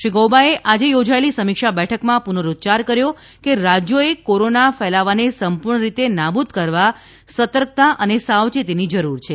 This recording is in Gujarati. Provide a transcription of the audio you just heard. શ્રી ગૌબાએ આજે યોજાયેલી સમીક્ષા બેઠકમાં પુનરોચ્યાર કર્યો કે રાજ્યોએ કોરોના ફેલાવાને સંપૂર્ણ રીતે નાબૂદ કરવા સતર્કતા અને સાવચેતીની જરૂર છે